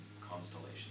constellation